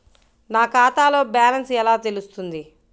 నా ఖాతాలో బ్యాలెన్స్ ఎలా తెలుస్తుంది?